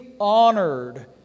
honored